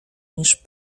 niż